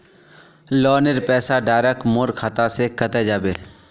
लोनेर पैसा डायरक मोर खाता से कते जाबे?